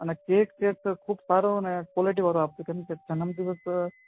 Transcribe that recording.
અને cake set તો ખૂબ સારો અને ક્વોલિટી વાળો આપજો કેમકે જન્મદિવસ